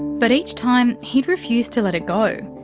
but each time, he'd refuse to let it go.